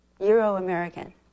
Euro-American